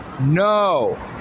No